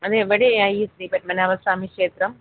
അതെവിടെയാ ഈ ശ്രീപത്മനാഭസ്വാമി ക്ഷേത്രം